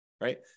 right